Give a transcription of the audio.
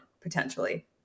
potentially